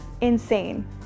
insane